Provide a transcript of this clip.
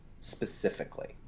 specifically